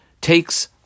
takes